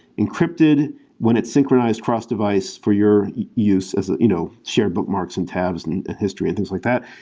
encrypted when its synchronized cross device for your use as a you know shared bookmarks and tabs and history and things like that.